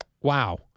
Wow